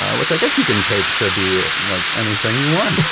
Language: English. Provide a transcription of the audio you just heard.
ah which i guess you can take to be like anything you want! oh,